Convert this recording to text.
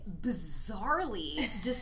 bizarrely